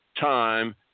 time